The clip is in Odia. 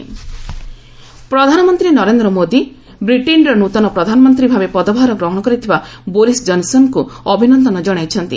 ପିଏମ୍ ବୋରିସ୍ ପ୍ରଧାନମନ୍ତ୍ରୀ ନରେନ୍ଦ୍ର ମୋଦୀ ବ୍ରିଟେନ୍ର ନୂତନ ପ୍ରଧାନମନ୍ତ୍ରୀ ଭାବେ ପଦଭାର ଗ୍ରହଣ କରିଥିବା ବୋରିସ୍ ଜନ୍ସନ୍ଙ୍କୁ ଅଭିନନ୍ଦନ ଜଣାଇଛନ୍ତି